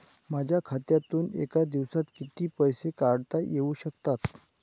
माझ्या खात्यातून एका दिवसात किती पैसे काढता येऊ शकतात?